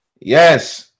yes